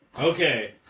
Okay